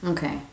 Okay